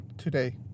Today